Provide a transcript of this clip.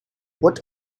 what